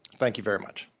thank you very much.